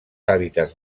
hàbitats